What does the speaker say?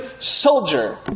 soldier